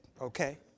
okay